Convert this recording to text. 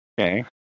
Okay